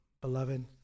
beloved